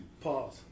Pause